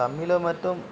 தமிழை மட்டும்